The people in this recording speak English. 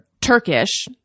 Turkish